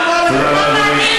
אדוני.